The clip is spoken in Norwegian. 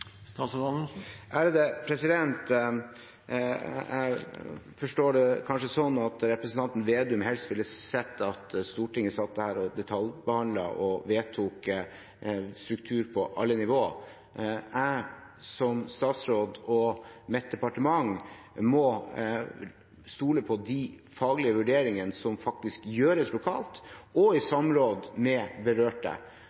Jeg forstår det sånn at representanten Slagsvold Vedum kanskje helst ville sett at Stortinget satt her og detaljbehandlet og vedtok struktur på alle nivå. Jeg som statsråd og mitt departement må stole på de faglige vurderingene som faktisk gjøres lokalt og i